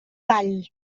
vall